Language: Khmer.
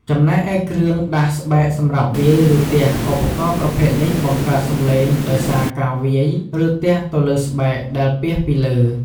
ចំណែកឯគ្រឿងដាសស្បែកសម្រាប់វាយ ឬទះ ឧបករណ៍ប្រភេទនេះបង្កើតសំឡេងដោយសារការវាយ ឬទះទៅលើស្បែកដែលពាសពីលើ។